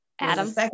Adam